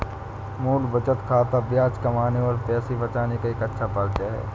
मूल बचत खाता ब्याज कमाने और पैसे बचाने का एक अच्छा परिचय है